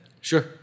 Sure